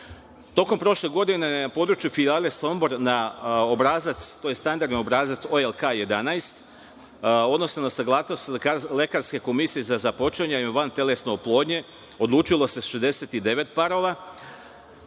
prošle godine na području filijale Sombor na obrazac, to je standardni obrazac OLK 11, odnosno na saglasnost lekarske komisije za započinjanje vantelesne oplodnje odlučilo se 69 parova,